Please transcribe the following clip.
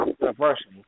university